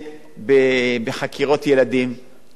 אנחנו רואים את זה בחקירות נוער.